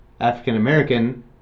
african-american